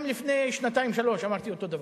גם לפני שנתיים-שלוש אמרתי אותו דבר,